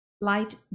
Light